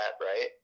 Right